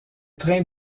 trains